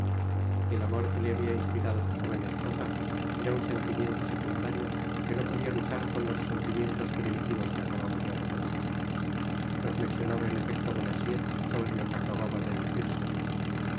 el amor que le habia inspirado su joven esposa era un sentimiento secundario que no podia luchar con los sentimientos primitivos que acabamos de referir reflexionaba en efecto bonacieux sobre lo que acababa de decírsele